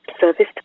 service